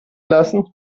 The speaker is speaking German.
lassen